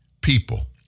people